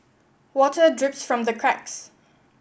water drips from the cracks